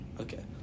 Okay